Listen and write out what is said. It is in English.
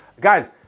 Guys